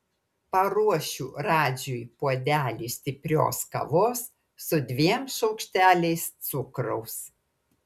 paruošiu radžiui puodelį stiprios kavos su dviem šaukšteliais cukraus